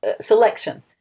selection